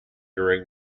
during